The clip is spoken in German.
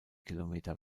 kilometer